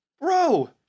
Bro